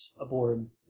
aboard